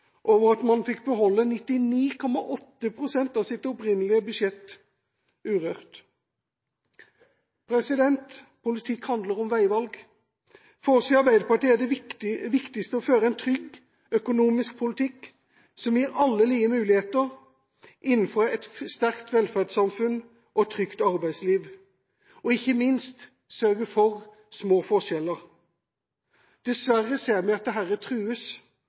over at man fikk beholde 99,8 pst. av sitt opprinnelige budsjett urørt. Politikk handler om veivalg. For oss i Arbeiderpartiet er det viktigst å føre en trygg økonomisk politikk som gir alle like muligheter innenfor et sterkt velferdssamfunn og et trygt arbeidsliv, og – ikke minst – sørge for små forskjeller. Dessverre ser vi at dette trues